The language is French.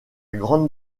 grande